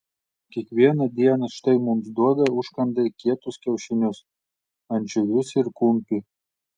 kiekvieną dieną štai mums duoda užkandai kietus kiaušinius ančiuvius ir kumpį